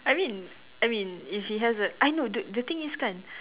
I mean I mean if he has a I know the the thing is kan